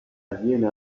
avviene